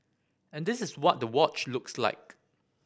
and this is what the watch looks like